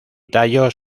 tallos